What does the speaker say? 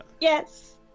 Yes